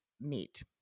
meet